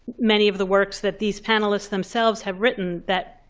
many of the works that these panelists themselves have written, that